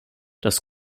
das